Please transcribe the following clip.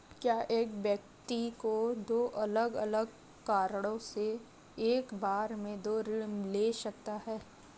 क्या एक व्यक्ति दो अलग अलग कारणों से एक बार में दो ऋण ले सकता है?